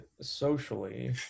socially